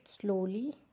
slowly